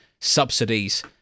subsidies